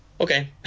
okay